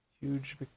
Huge